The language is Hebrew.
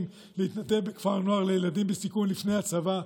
להתנדב בכפר נוער לילדים בסיכון לפני הצבא,